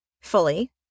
fully